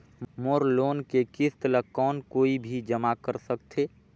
मोर loan के किस्त ल कौन कोई भी जमा कर सकथे?